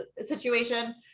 situation